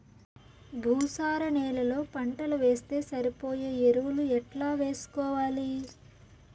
భూసార నేలలో పంటలు వేస్తే సరిపోయే ఎరువులు ఎట్లా వేసుకోవాలి?